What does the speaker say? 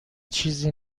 چیزی